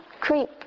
creep